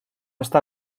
esta